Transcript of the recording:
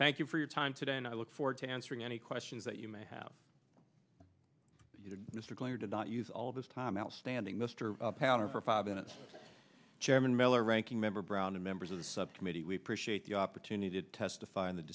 thank you for your time today and i look forward to answering any questions that you may have mr blair did not use all of his time outstanding mr pounder for five minutes chairman miller ranking member brown and members of the subcommittee we appreciate the opportunity to testify in th